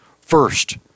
First